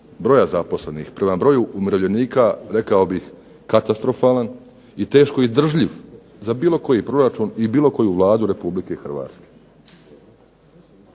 broja zaposlenih prema broju umirovljenika rekao bih katastrofalan i teško izdržljiv za bilo koji proračun i bilo koju Vladu RH. Što je tome